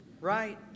right